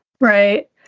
Right